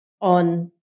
on